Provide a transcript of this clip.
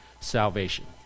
salvation